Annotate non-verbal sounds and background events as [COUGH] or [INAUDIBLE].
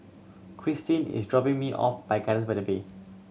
Christine is dropping me off [UNINTELLIGIBLE]